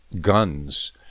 guns